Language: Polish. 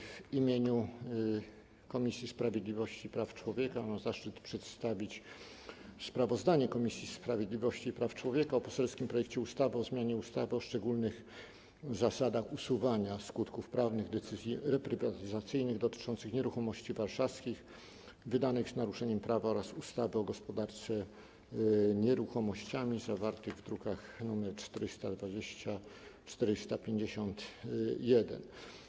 W imieniu Komisji Sprawiedliwości i Praw Człowieka mam zaszczyt przedstawić sprawozdanie Komisji Sprawiedliwości i Praw Człowieka o poselskim projekcie ustawy o zmianie ustawy o szczególnych zasadach usuwania skutków prawnych decyzji reprywatyzacyjnych dotyczących nieruchomości warszawskich, wydanych z naruszeniem prawa oraz ustawy o gospodarce nieruchomościami, druki nr 420 i 451.